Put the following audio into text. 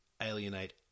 alienate